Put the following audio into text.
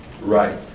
right